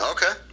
Okay